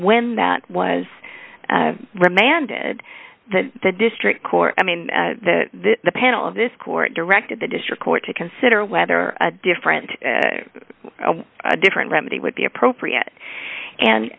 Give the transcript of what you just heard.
when that was remanded that the district court i mean that the panel of this court directed the district court to consider whether a different a different remedy would be appropriate and